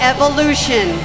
Evolution